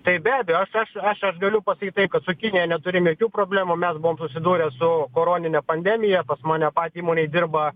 tai be abejo aš aš aš aš galiu pasakyt taip kad su kinija neturim jokių problemų mes buvom susidūrę su koronine pandemija pas mane patį įmonėj dirba